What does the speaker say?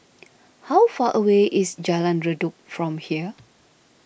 how far away is Jalan Redop from here